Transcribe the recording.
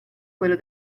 quello